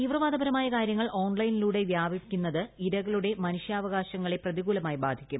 തീവ്രവാദപരമായ കാര്യങ്ങൾ ഓൺലൈനിലൂടെ വ്യാപിക്കുന്നത് ഇരകളുടെ മനുഷ്യാവകാശങ്ങളെ പ്രതികൂലമായി ബാധിക്കും